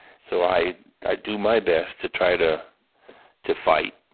so i i do my best to try to to fight,